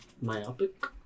myopic